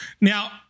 Now